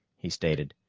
he stated.